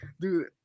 Dude